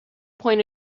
point